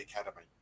Academy